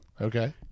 okay